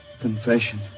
confession